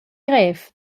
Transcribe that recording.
grev